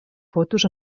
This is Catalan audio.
fotos